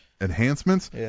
enhancements